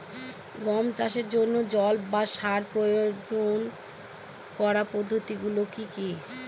গম চাষের জন্যে জল ও সার প্রয়োগ করার পদ্ধতি গুলো কি কী?